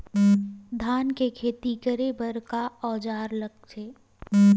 धान के खेती करे बर का औजार लगथे?